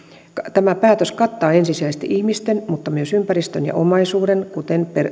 tämä päätös kattaa ensisijaisesti ihmisten mutta myös ympäristön ja omaisuuden